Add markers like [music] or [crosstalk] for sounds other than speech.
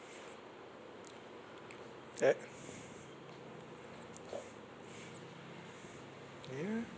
ya [noise] yeah